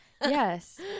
Yes